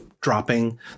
dropping